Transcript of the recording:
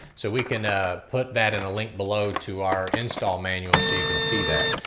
so, we can ah put that in a link below to our install manual so you can see that.